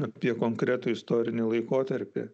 apie konkretų istorinį laikotarpį